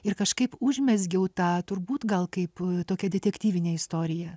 ir kažkaip užmezgiau tą turbūt gal kaip tokią detektyvinę istoriją